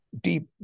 deep